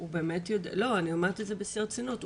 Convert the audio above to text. הוא באמת יודע, אני אומרת את זה בשיא הרצינות.